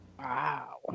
Wow